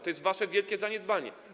To jest wasze wielkie zaniedbanie.